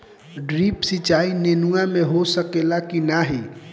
Drip सिंचाई नेनुआ में हो सकेला की नाही?